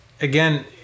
again